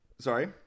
Sorry